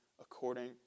according